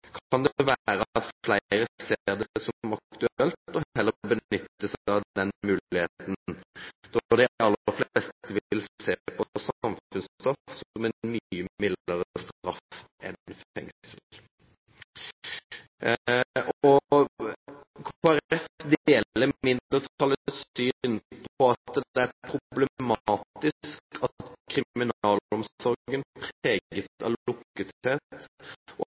kan det være at flere ser det som aktuelt heller å benytte seg av den muligheten, da de aller fleste vil se på samfunnsstraff som en mye mildere straff enn fengsel. Kristelig Folkeparti deler mindretallets syn, at det er problematisk at kriminalomsorgen preges av lukkethet, og